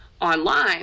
online